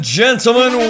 gentlemen